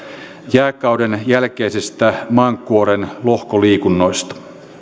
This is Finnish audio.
jääkauden jälkeisistä maankuoren lohkoliikunnoista